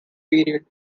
period